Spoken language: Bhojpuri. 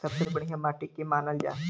सबसे बढ़िया माटी के के मानल जा?